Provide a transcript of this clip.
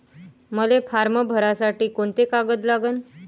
मले फारम भरासाठी कोंते कागद लागन?